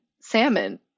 salmon